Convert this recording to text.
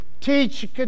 teach